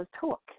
talk